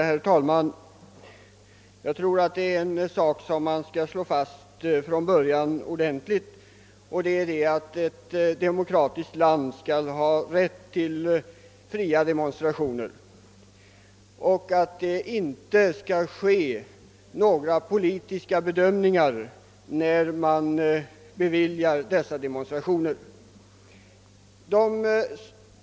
Herr talman! Jag tror att man bör slå fast en sak ordentligt från början, och det är att rätt till fria demonstrationer skall finnas i ett demokratiskt land och att inga politiska bedömningar skall göras vid prövningen av demonstrationstillstånd.